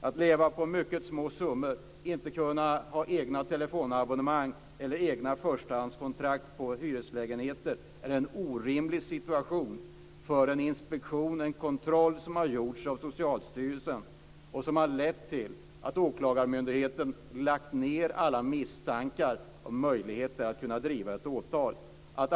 Att leva på mycket små summor, inte kunna ha egna telefonabonnemang eller egna förstahandskontrakt på hyreslägenheter är en orimlig situation som följd av en inspektion och en kontroll som har gjorts av Socialstyrelsen och som har lett till att åklagarmyndigheten har lagt ned alla misstankar och möjligheter att kunna driva ett åtal.